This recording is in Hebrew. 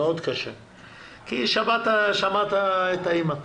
כי שמעת את האימא.